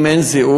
אם אין זיהוי,